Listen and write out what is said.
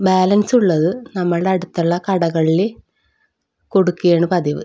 balance ഉള്ളത് നമ്മളുടെ അടുത്തുള്ള കടകളിൽ കൊടുക്കുകയാണ് പതിവ്